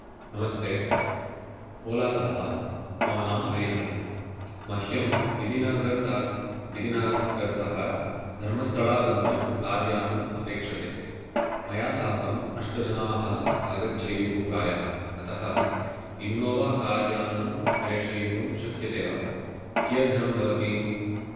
नमस्ते ओला तः वा मम नाम हरिहरन् मह्यं गिरिनगर् तार् गिरिनगर् तः धर्मस्थला गन्तुं कार् यानम् अपेक्षते मया साकम् अष्टजनाः आगच्छेयुः प्रायः अतः इन्नोवा कार् यानं प्रेषयितुं शक्यते वा कियद् धनं भवति